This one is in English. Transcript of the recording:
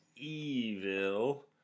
Evil